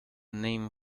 name